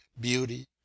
beauty